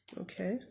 Okay